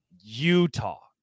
Utah